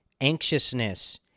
anxiousness